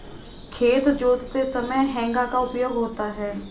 खेत जोतते समय हेंगा का उपयोग होता है